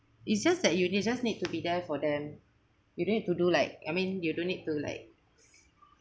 it's just that you you just need to be there for them you need to do like I mean you don't need to like